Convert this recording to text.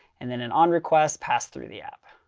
and then an onrequest pass through the app.